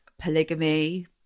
polygamy